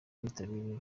bitabiriye